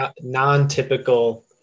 non-typical